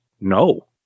No